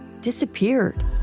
disappeared